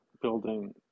building